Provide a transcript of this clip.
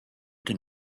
can